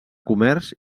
comerç